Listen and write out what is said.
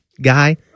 guy